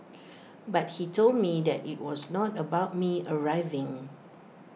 but he told me that IT was not about me arriving